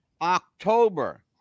october